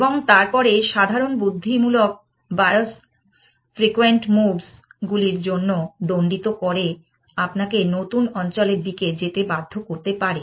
এবং তারপরে সাধারন বৃদ্ধিমূলক বায়োস ফ্রিকোয়েনট মুভস গুলির জন্য দণ্ডিত করে আপনাকে নতুন অঞ্চলের দিকে যেতে বাধ্য করতে পারে